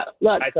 Look